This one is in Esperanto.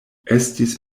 estis